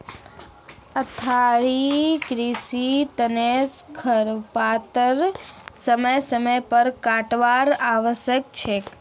स्थाई कृषिर तना खरपतवारक समय समय पर काटवार आवश्यक छोक